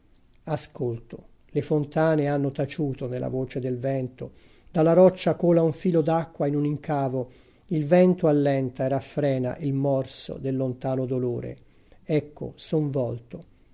ascolto le fontane hanno taciuto nella voce del vento dalla roccia cola un filo d'acqua in un incavo il vento allenta e raffrena il morso del lontano dolore ecco son volto